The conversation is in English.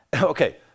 Okay